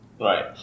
Right